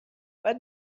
بعد